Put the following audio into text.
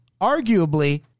arguably